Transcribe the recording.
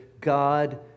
God